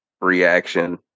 reaction